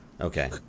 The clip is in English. Okay